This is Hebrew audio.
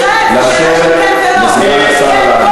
האם הגדה המערבית היא חלק ממדינת ישראל?